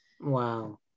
wow